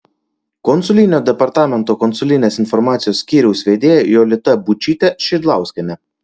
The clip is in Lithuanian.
konsulinio departamento konsulinės informacijos skyriaus vedėja jolita būčytė šidlauskienė